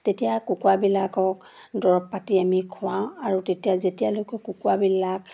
তেতিয়া কুকুৰাবিলাকক দৰৱ পাতি আমি খুৱাওঁ আৰু তেতিয়া যেতিয়ালৈকে কুকুৰাবিলাক